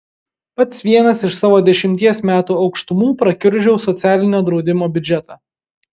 pats vienas iš savo dešimties metų aukštumų prakiurdžiau socialinio draudimo biudžetą